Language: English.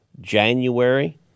January